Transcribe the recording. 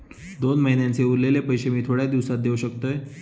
दोन महिन्यांचे उरलेले पैशे मी थोड्या दिवसा देव शकतय?